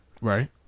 Right